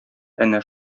әнә